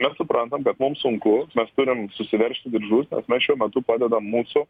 mes suprantam kad mums sunku mes turim susiveržti diržus nes mes šiuo metu padedam mūsų